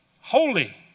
holy